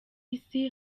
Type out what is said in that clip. isi